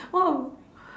oh